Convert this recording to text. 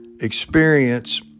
experience